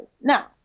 Now